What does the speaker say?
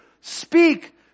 Speak